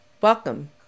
Welcome